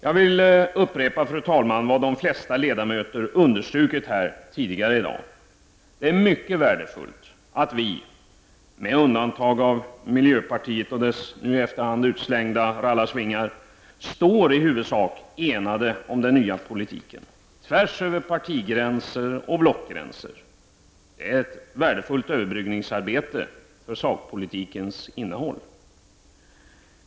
Jag vill upprepa, fru talman, vad de flesta ledamöter understrukit tidigare här i dag: Det är mycket värdefullt att vi med undantag av miljöpartiet — jag tänker på dess nu i efterhand utdelade rallarsvingar — står i huvudsak enade när det gäller den nya politiken, tvärs över partioch blockgränser. Det är ett värdefullt överbryggningsarbete som har utförts till förmån för sakpolitikens innehåll.